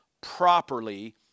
properly